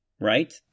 Right